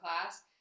class